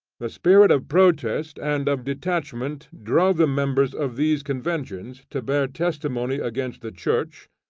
the spirit of protest and of detachment drove the members of these conventions to bear testimony against the church,